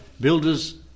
Builders